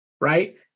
Right